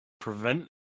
prevent